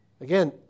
Again